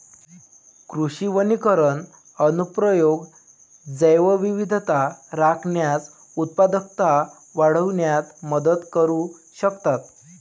कृषी वनीकरण अनुप्रयोग जैवविविधता राखण्यास, उत्पादकता वाढविण्यात मदत करू शकतात